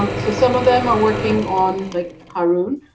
um so some of them are working on, like haroon,